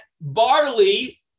barley